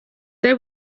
they